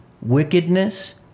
wickedness